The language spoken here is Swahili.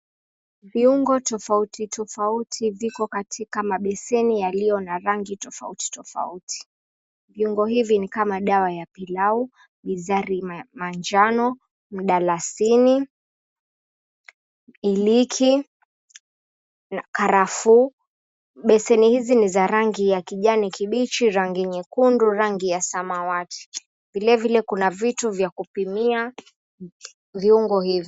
Viungo tofauti tofauti viko katika mabeseni yaliyo na rangi tofauti tofauti. Viungo hivi ni kama dawa ya pilau, bizari manjano, mdalasini, iliki, karafuu. Beseni hizi ni za rangi ya kijani kibichi, rangi nyekundu, rangi ya samawati. Vilevile kuna vitu vya kupimia viungo hivi.